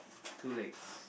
two legs